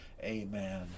Amen